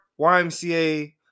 YMCA